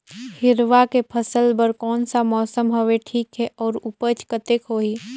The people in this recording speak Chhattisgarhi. हिरवा के फसल बर कोन सा मौसम हवे ठीक हे अउर ऊपज कतेक होही?